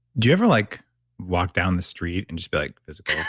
do you ever like walk down the street and just be like, physical,